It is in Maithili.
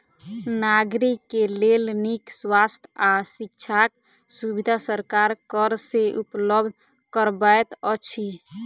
नागरिक के लेल नीक स्वास्थ्य आ शिक्षाक सुविधा सरकार कर से उपलब्ध करबैत अछि